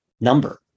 number